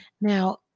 Now